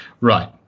Right